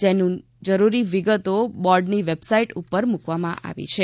જેની જરૂરી વિગતો બોર્ડની વેબસાઈટ ઉપર મૂકવામાં આવી છે